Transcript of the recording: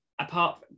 apart